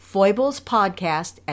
foiblespodcast